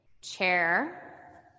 chair